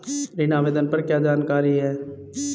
ऋण आवेदन पर क्या जानकारी है?